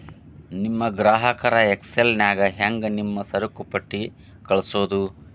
ನಿಮ್ ಗ್ರಾಹಕರಿಗರ ಎಕ್ಸೆಲ್ ನ್ಯಾಗ ಹೆಂಗ್ ನಿಮ್ಮ ಸರಕುಪಟ್ಟಿ ಕಳ್ಸೋದು?